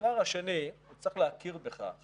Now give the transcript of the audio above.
הדבר השני, צריך להכיר בכך